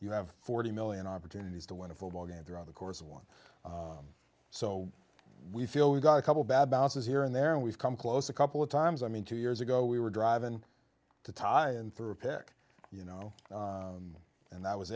you have forty million opportunities to win a football game throughout the course of one so we feel we've got a couple bad bounces here and there and we've come close a couple of times i mean two years ago we were driving to tie and threw a pick you know and that was